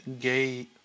gay